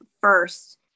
first